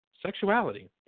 sexuality